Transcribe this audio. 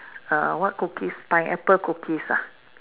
err what cookies pineapple cookies ah